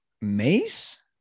mace